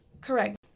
Correct